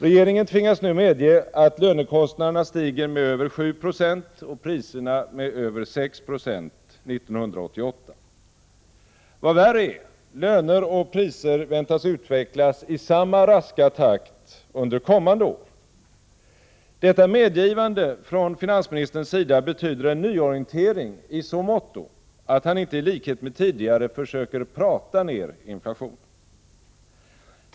Regeringen tvingas nu medge att lönekostnaderna stiger med över 7 90 och priserna med över 6 90 1988. Vad värre är — löner och priser väntas utvecklas i samma raska takt under kommande år. Detta medgivande från finansministerns sida betyder en nyorientering i så måtto att han inte i likhet med tidigare försöker prata ned inflationen.